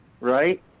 right